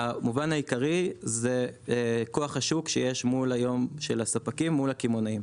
המובן העיקרי זה כוח השוק שיש היום של הספקים מול הקמעונאים.